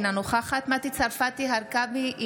אינה נוכחת מטי צרפתי הרכבי,